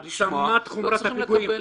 צריך לשמוע, לא צריכים לקבל.